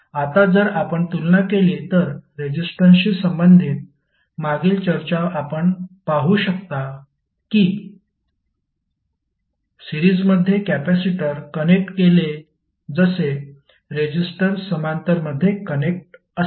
आता जर आपण तुलना केली तर रेजिस्टन्सशी संबंधित मागील चर्चा आपण पाहु शकता की सिरीजमध्ये कॅपेसिटर कनेक्ट केले जसे रेजिस्टर समांतरमध्ये कनेक्ट असतात